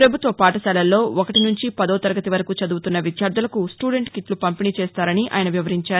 పభుత్వ పాఠశాలల్లో ఒకటి నుంచి పదో తరగతి వరకు చదువుతున్న విద్యార్దలకు స్టూడెంట్ కిట్లు పంపిణీ చేస్తారని ఆయన వివరించారు